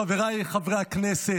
חבריי חברי הכנסת,